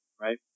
right